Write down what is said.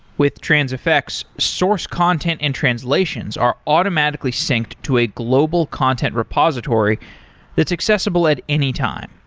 with transifex, source content and translations are automatically synced to a global content repository that's accessible at any time.